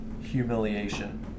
humiliation